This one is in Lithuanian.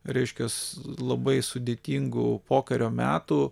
reiškias labai sudėtingų pokario metų